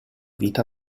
vita